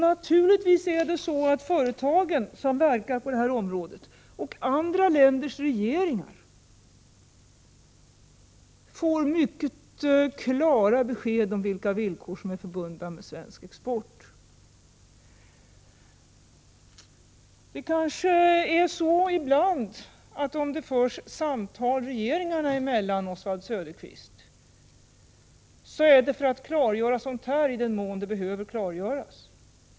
Naturligtvis får de företag som verkar på detta område och andra länders regeringar mycket klara besked om vilka villkor som är förbundna med svensk export. Ibland klargörs detta i den mån det behöver klargöras i de samtal som förs regeringarna emellan, Oswald Söderqvist.